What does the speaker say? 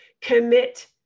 commit